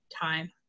time